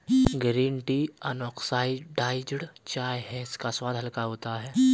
green tea unoxidised चाय है इसका स्वाद हल्का होता है